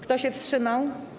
Kto się wstrzymał?